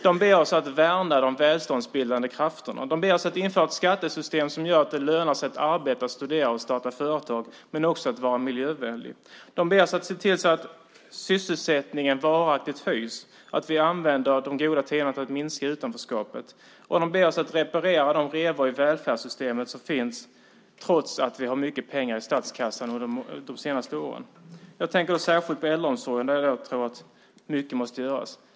De ber oss att värna de välståndsbildande krafterna. De ber oss att införa ett skattesystem som gör att det lönar sig att arbeta, studera och starta företag men också att vara miljövänlig. De ber oss att se till att sysselsättningen varaktigt höjs och att vi använder de goda tiderna till att minska utanförskapet. De ber oss att reparera de revor i välfärdssystemet som finns trots att vi har haft mycket pengar i statskassan de senaste åren. Jag tänker särskilt på äldreomsorgen där mycket måste göras.